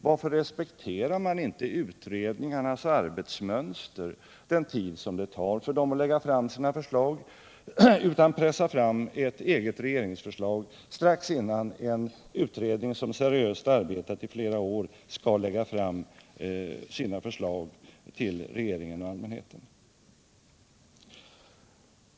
Varför respekterar man inte utredningarnas arbetsmönster med hänsyn till den tid det tar för dem att lägga fram sina förslag, utan pressar fram ett eget regeringsförslag omedelbart innan en utredning som seriöst arbetat i flera år skall lägga fram sina förslag till regeringen och allmänheten?